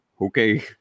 okay